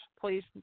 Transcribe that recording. please